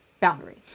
boundary